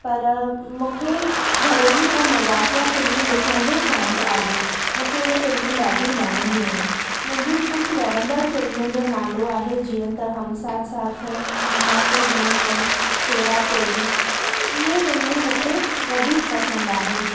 पर मूंखे घरेलू ऐं मज़ाकिया फ़िल्मूं ॾिसण जो शौक़ु आहे मूंखे उहे फिल्मूं ॾाढियूं वणंदियूं आहिनि मुंहिंजूं कुझु वणंदड़ फ़िल्मुनि जो नालो आहे जीअं त हम साथ साथ है हम आपके है कौन हेरा फ़ेरी इहे फ़िल्मूं मूंखे वधीक पसंदि आहिनि